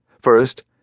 First